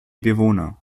bewohner